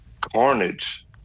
carnage